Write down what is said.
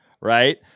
right